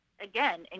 again